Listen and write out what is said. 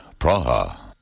Praha